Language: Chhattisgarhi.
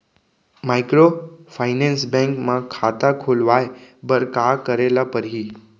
माइक्रोफाइनेंस बैंक म खाता खोलवाय बर का करे ल परही?